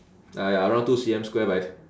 ah ya around two C_M square by